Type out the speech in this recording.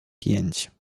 pięć